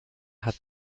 hat